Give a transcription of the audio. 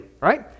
right